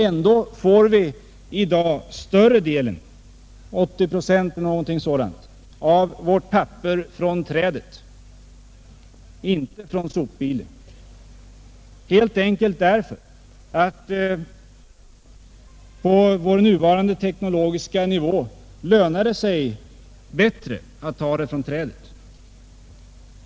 Ändå får vi i dag större delen — ungefär 80 Z — av vårt papper från trädet, inte från sopbilen, helt enkelt därför att det på vår nuvarande tekniska nivå lönar sig bättre.